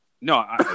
No